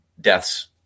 deaths